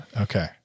Okay